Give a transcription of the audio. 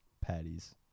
patties